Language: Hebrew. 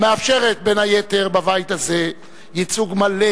המאפשרת בין היתר בבית הזה ייצוג מלא